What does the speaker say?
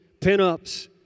pinups